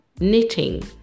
Knitting